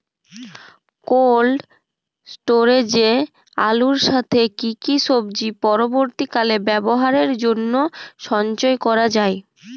Cold স্টোরেজে আলুর সাথে কি কি সবজি পরবর্তীকালে ব্যবহারের জন্য সঞ্চয় করা যায়?